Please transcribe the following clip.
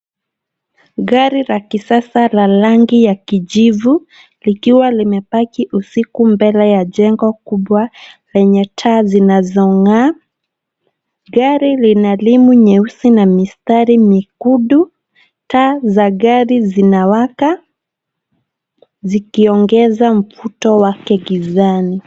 Gari la kisasa la rangi ya kijivu likiwa limepaki usiku mbele ya jengo kubwa lenye taa zinazong'aa. Gari lina rimu nyeusi na mistari miekundu, taa za gari zinawaka zikiongeza mvuto wake gizani.